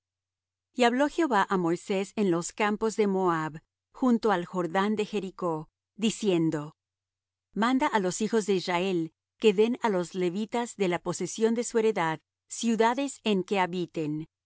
y hablo jehová á moisés en los campos de moab junto al jordán de jericó diciendo manda á los hijos de israel que den á los levitas de la posesión de su heredad ciudades en que habiten